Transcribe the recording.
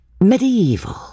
medieval